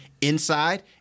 inside